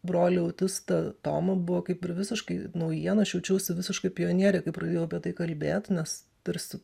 brolį autistą tomą buvo kaip ir visiškai naujiena aš jaučiausi visiška pionierė kai pradėjau apie tai kalbėt nes tarsi